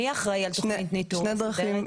מי אחראי על תוכנית ניטור מסודרת?